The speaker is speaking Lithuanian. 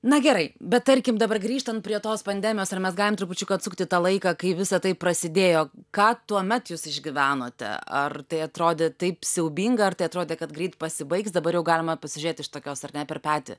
na gerai bet tarkim dabar grįžtant prie tos pandemijos ar mes galim trupučiuką atsukti tą laiką kai visa tai prasidėjo ką tuomet jūs išgyvenote ar tai atrodė taip siaubinga ar tai atrodė kad greit pasibaigs dabar jau galima pasižiūrėt iš tokios ar ne per petį